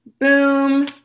boom